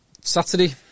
Saturday